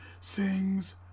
sings